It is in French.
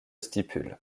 stipules